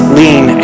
lean